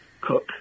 cook